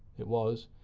it was.